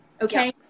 okay